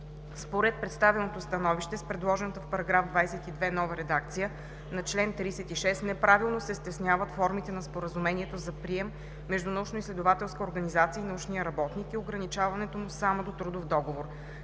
Според представеното становище с предложената в § 22 нова редакция на чл. 36 неправилно се стесняват формите на споразумението за прием между научноизследователска организация и научния работник и ограничаването му само до трудов договор.